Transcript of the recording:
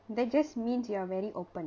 that just means you are very open